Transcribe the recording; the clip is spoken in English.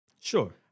Sure